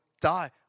die